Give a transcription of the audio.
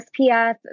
SPF